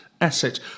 asset